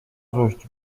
złość